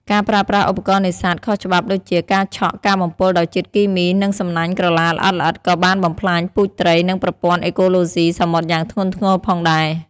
ការប្រើប្រាស់ឧបករណ៍នេសាទខុសច្បាប់ដូចជា ការឆក់ ការបំពុលដោយជាតិគីមី និងសំណាញ់ក្រឡាល្អិតៗ ក៏បានបំផ្លាញពូជត្រី និងប្រព័ន្ធអេកូឡូស៊ីសមុទ្រយ៉ាងធ្ងន់ធ្ងរផងដែរ។